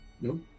no